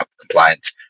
compliance